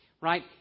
Right